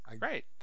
Right